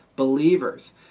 believers